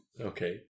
Okay